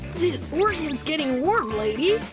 this organ's getting warm, lady!